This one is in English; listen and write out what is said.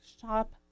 Shop